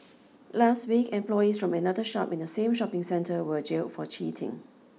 last week employees from another shop in the same shopping centre were jailed for cheating